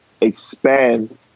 expand